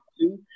two